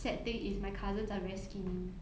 sad thing is my cousins are very skinny